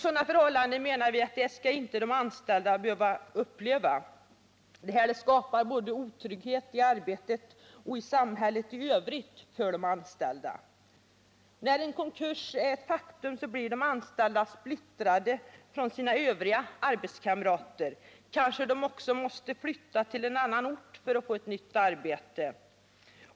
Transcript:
Sådana förhållanden skall de anställda i ett företag inte behöva uppleva; det skapar otrygghet för dem både i arbetet och i samhället i övrigt. När en konkurs är ett faktum blir de anställda splittrade från sina övriga arbetskamrater — kanske de också måste flytta till annan ort för att få ett nytt arbete.